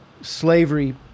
slavery